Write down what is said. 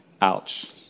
Ouch